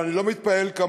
אבל אני לא מתפעל כמוך.